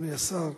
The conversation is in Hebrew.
אדוני השר,